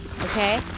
okay